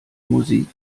musik